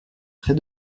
près